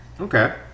Okay